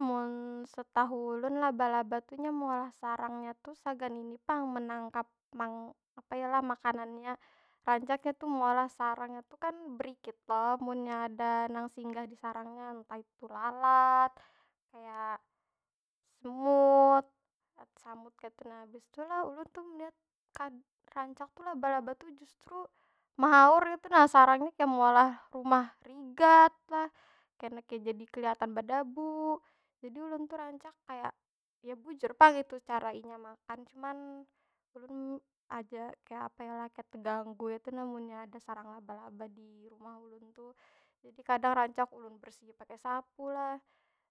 Mun setahu ulun laba- laba tu, nya meolah sarangnya tu sagan ini pang, menangkap apa yu lah? Makanannya. Rancak nya tu meolah sarangnya tu kan berikit lo? Munnya ada nang besinggah di sarangnya, entah itu lalat, kaya semut, kat samut kaytu nah. Habis tu lo, ulun tu meliat kad ranca tu laba- laba tu justru mahaur kaytu nah. Sarangnya kaya meolah rumah rigat lah, kena kaya jadi kelihatan badabu. Jadi ulun tu rancak kaya, ya bujur pang itu cara inya makan. Cuman, ulun ada kaya apa yo lah, kaya teganggu kaytu nah munnya ada sarang laba- laba di rumah ulun tuh. Jadi kadang rancak ulun bersihi pakai sapu lah.